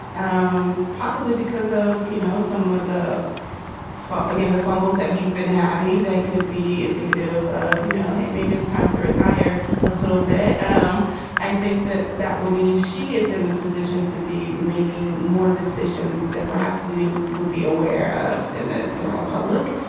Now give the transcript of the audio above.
um possibly because of, you know, some of the fault. again, the fumbles that he's been having, that could be indicative of, you know, hey, maybe it's time to retire a little bit. um i think that that will mean she is in the position to be making more decisions than perhaps we would be aware of in the general public.